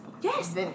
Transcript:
Yes